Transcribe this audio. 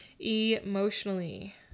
emotionally